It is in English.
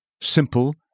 simple